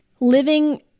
living